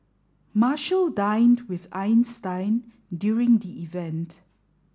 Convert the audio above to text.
Marshall dined with Einstein during the event